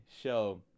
show